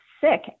sick